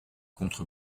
contre